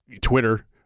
Twitter